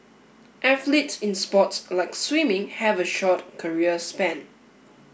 athletes in sports like swimming have a short career span